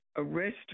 arrest